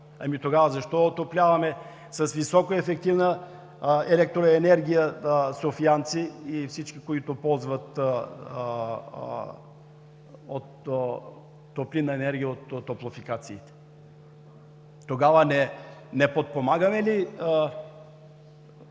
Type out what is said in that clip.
тогава защо отопляваме с високоефективна елекроенергия софиянци и всички, които ползват топлинна енергия от топлофикациите? Тогава не подпомагаме ли